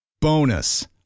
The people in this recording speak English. Bonus